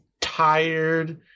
tired